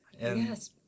Yes